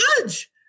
judge